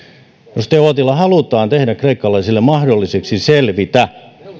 edustaja uotila on että halutaan tehdä kreikkalaisille mahdolliseksi selvitä